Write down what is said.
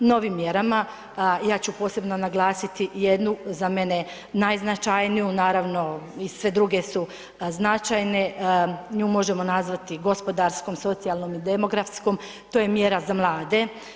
Novim mjerama, ja ću posebno naglasiti jednu za mene najznačajniju, naravno i sve druge su značajne, nju možemo nazvati gospodarskom, socijalnom i demografskom, to je mjera za mlade.